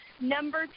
Number